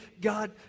God